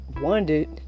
wondered